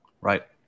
Right